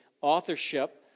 Authorship